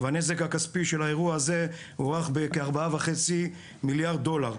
והנזק הכספי של האירוע הזה הוערך בכ-4.5 מיליארד דולר.